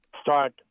start